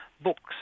books